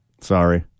Sorry